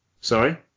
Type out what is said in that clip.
Sorry